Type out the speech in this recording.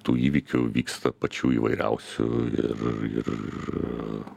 tų įvykių vyksta pačių įvairiausių ir